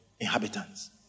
inhabitants